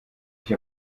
sich